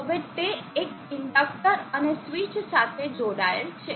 હવે તે એક ઇન્ડક્ટર અને સ્વીચ સાથે જોડાયેલ છે